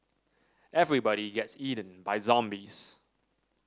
everybody gets eaten by zombies